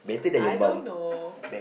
I don't know